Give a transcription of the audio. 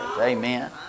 Amen